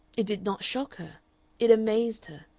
it did not shock her it amazed her,